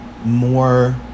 more